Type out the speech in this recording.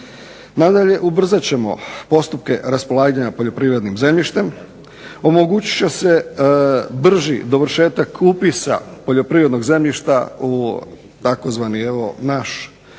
Nadalje, ubrzat ćemo postupke raspolaganja poljoprivrednim zemljištem, omogućit će se brži dovršetak upisa poljoprivrednog zemljišta u tzv. naš sustav